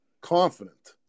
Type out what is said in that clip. confident